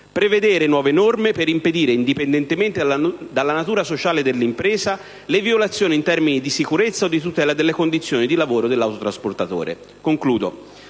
prevedere nuove norme per impedire, indipendentemente dalla natura sociale dell'impresa, le violazioni in termini di sicurezza o di tutela delle condizioni di lavoro dell'autotrasportatore. Ecco,